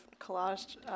collage